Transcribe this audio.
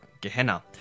Gehenna